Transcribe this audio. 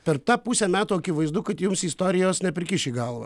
per tą pusę metų akivaizdu kad jums istorijos neprikiši į galvą